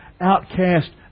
outcast